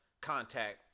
contact